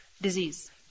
disease